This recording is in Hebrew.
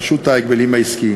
הזה.